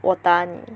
我打你